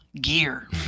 gear